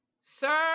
Sir